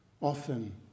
Often